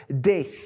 death